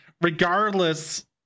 regardless